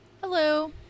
Hello